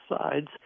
sides